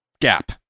gap